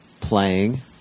playing